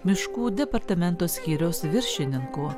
miškų departamento skyriaus viršininku